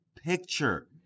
picture